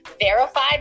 verified